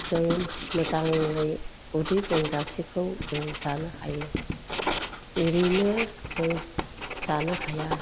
जों मोजाङै उदै बुंजासेखौ जों जानो हायो ओरैनो जों जानो हाया